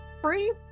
free